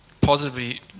positively